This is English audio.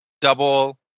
double